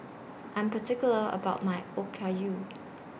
I'm particular about My Okayu